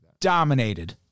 dominated